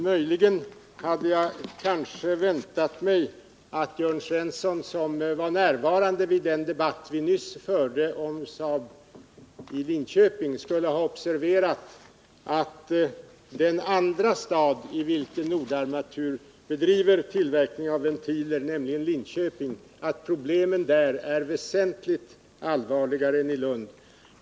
Möjligen hade jag väntat mig att Jörn Svensson, som var närvarande vid den debatt vi nyss förde om Saab-Scania i Linköping, skulle ha observerat att problemen i Linköping, den andra stad där Nordarmatur bedriver tillverkning av ventiler, är väsentligt allvarligare än i Lund.